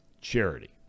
charity